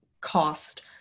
cost